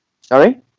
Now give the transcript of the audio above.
Sorry